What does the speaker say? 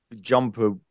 jumper